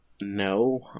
no